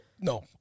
No